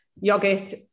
yogurt